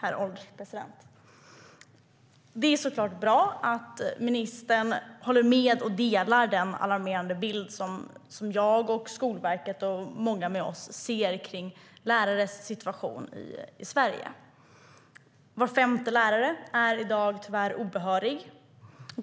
Herr ålderspresident! Det är såklart bra att ministern håller med om och delar den alarmerande bild som jag och Skolverket och många med oss ser kring lärares situation i Sverige. Var femte lärare är i dag tyvärr obehörig.